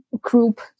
group